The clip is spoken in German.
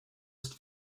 ist